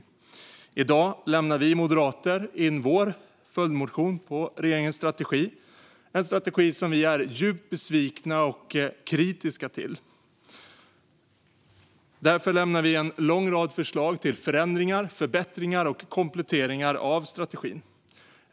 I dag lämnar vi moderater in vår följdmotion på regeringens strategi. Det är en strategi som vi är djupt besvikna på och kritiska till. Därför lämnar vi en lång rad förslag till förändringar, förbättringar och kompletteringar av strategin.